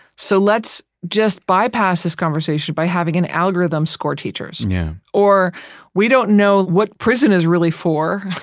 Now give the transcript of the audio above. so let's just bypass this conversation by having an algorithm score teachers, yeah or we don't know what prison is really for.